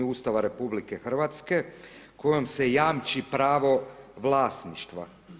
Ustava RH kojom se jamči pravo vlasništva.